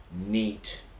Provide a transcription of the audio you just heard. neat